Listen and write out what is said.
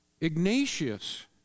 Ignatius